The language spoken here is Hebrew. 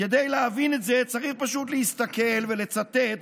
כדי להבין את זה צריך פשוט להסתכל ולצטט,